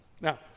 Now